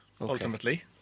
ultimately